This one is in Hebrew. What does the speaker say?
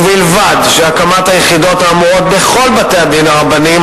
ובלבד שהקמת היחידות האמורות בכל בתי-הדין הרבניים,